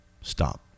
stop